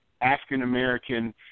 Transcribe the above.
African-American